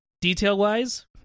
Detail-wise